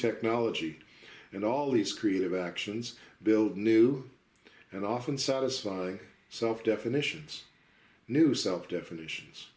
technology and all these creative actions build new and often satisfying self definitions new self definitions